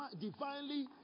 divinely